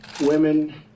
women